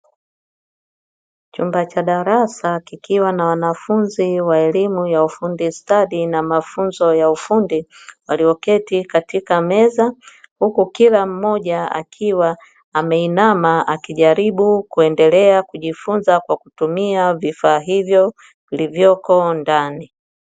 Chumba cha darasa kikiwa na wanafunzi wa elimu ya ufundi stadi na mafunzo ya ufundi walioketi katika meza, huku kila mmoja akiwa ameinama akijaribu kuendelea kujifunza kwa kutumia vifaa hivyo vilivyoko ndani.